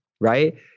right